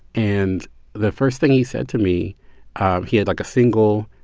and the first thing he said to me he had, like, a single,